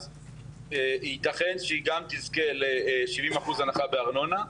אז ייתכן שהיא גם תזכה ל-70% הנחה בארנונה.